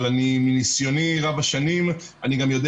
אבל מניסיוני רב השנים אני גם יודע